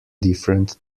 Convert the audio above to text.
different